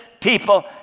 people